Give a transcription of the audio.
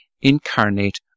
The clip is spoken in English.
incarnate